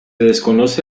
desconoce